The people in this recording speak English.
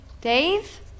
Dave